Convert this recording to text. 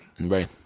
Right